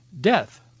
Death